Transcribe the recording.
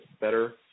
better